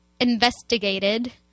investigated